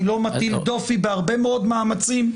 אני לא מטיל דופי בהרבה מאוד מאמצים.